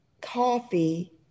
coffee